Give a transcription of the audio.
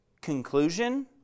Conclusion